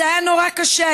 זה היה נורא קשה,